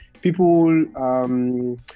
People